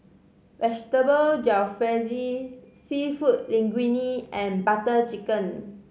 Vegetable Jalfrezi Seafood Linguine and Butter Chicken